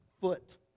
foot